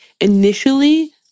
initially